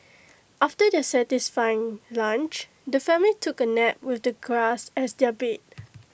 after their satisfying lunch the family took A nap with the grass as their bed